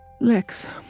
Lex